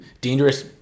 dangerous